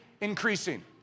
increasing